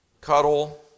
Cuddle